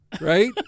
right